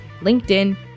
LinkedIn